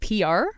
PR